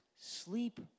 Sleep